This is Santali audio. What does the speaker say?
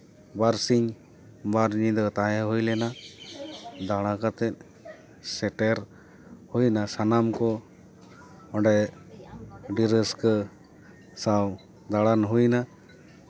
ᱵᱟᱨ ᱥᱤᱧ ᱵᱟᱨ ᱧᱤᱫᱟᱹ ᱛᱟᱦᱮᱸ ᱦᱩᱭ ᱞᱮᱱᱟ ᱫᱟᱬᱟ ᱠᱟᱛᱮᱜ ᱥᱮᱴᱮᱨ ᱦᱩᱭᱱᱟ ᱥᱟᱱᱟᱢ ᱠᱚ ᱚᱸᱰᱮ ᱟᱹᱰᱤ ᱨᱟᱹᱥᱠᱟᱹ ᱥᱟᱶ ᱫᱟᱬᱟᱱ ᱦᱩᱭ ᱱᱟ